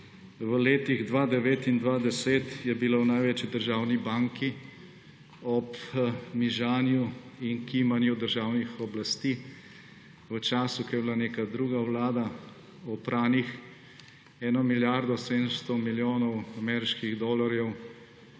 V letih 2009 in 2010 je bilo v največji državni banki ob mižanju in kimanju državnih oblasti v času, ko je bila neka druga vlada, opranih 1 milijardo 700 milijonov ameriških dolarjev